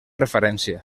referència